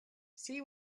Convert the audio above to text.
she